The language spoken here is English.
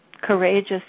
Courageous